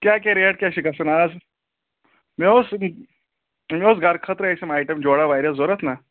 کیٛاہ کیٛاہ ریٹ کیٛاہ چھِ گژھان آز مےٚ اوس مےٚ اوس گرٕ خٲطرٕ آیٹَم جورا واریاہ ضروٗرت نا